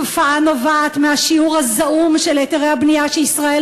התופעה נובעת מהשיעור הזעום של היתרי הבנייה שישראל